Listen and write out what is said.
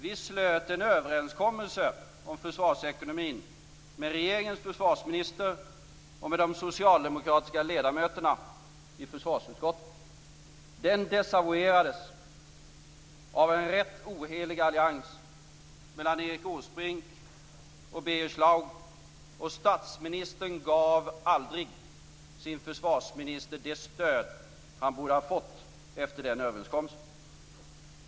Vi slöt en överenskommelse om försvarsekonomin med regeringens försvarsminister och med de socialdemokratiska ledamöterna i försvarsutskottet. Den desavouerades av en rätt ohelig allians mellan Erik Åsbrink och Birger Schlaug, och statsministern gav aldrig sin försvarsminister det stöd han borde ha fått efter den överenskommelsen.